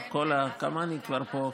כמה אני כבר פה,